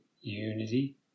unity